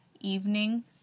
evening